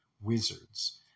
wizards